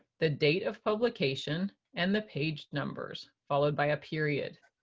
the date of publication, and the page numbers followed by a period.